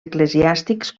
eclesiàstics